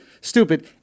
stupid